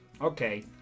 Okay